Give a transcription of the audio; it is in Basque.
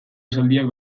esaldiak